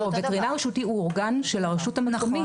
ווטרינר רשותי הוא אורגן של הרשות המקומית.